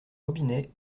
robinet